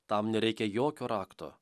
tam nereikia jokio rakto